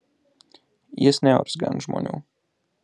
jis neurzgia ant žmonių